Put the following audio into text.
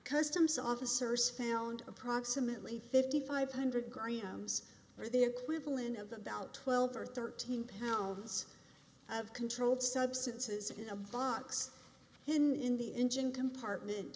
customs officers found approximately fifty five hundred grahams or the equivalent of about twelve or thirteen pounds of controlled substances in a box in the engine compartment